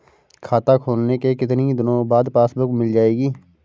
खाता खोलने के कितनी दिनो बाद पासबुक मिल जाएगी?